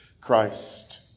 Christ